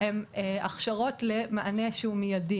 הן הכשרות למענה מידי.